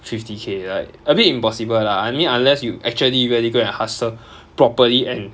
fifty K like a bit impossible lah I mean unless you actually really go and hustle properly and